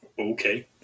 Okay